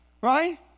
right